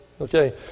Okay